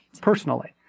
personally